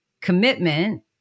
commitment